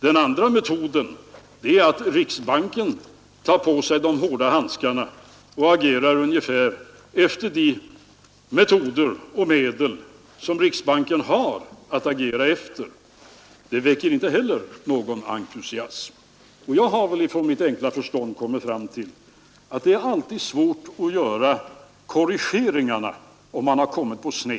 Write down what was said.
Den andra metoden är att riksbanken tar på sig de hårda handskarna och agerar ungefär efter de metoder och med de medel som riksbanken har att agera efter; det väcker inte heller någon entusiasm. Nr 112 Jag har väl med mitt enkla förstånd kommit fram till att det alltid är Onsdagen den svårt att göra korrigeringarna om man har kommit på sned.